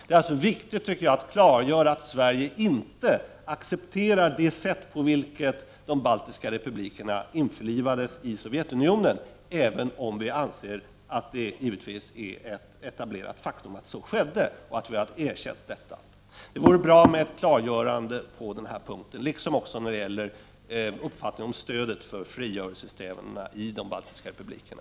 Det är viktigt att Sverige klargör att vi inte accepterar det sätt på vilket de baltiska republikerna införlivades i Sovjetunionen, även om vi anser att det är ett etablerat faktum att så har skett och att vi har erkänt det. Det vore bra med ett klargörande på den här punkten, liksom också när det gäller uppfattningen om stödet för frigörelsesträvandena i de baltiska republikerna.